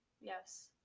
Yes